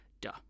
Duh